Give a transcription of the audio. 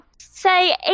say